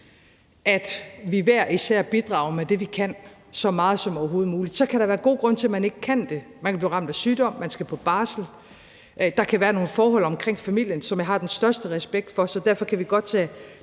at vi hver især bidrager med det, vi kan, så meget som overhovedet muligt. Så kan der være god grund til, at man ikke kan det. Man kan blive ramt af sygdom, man skal på barsel, eller der kan være nogle forhold omkring familien, som jeg har den største respekt for. Så derfor kan vi godt tage